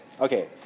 Okay